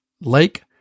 Lake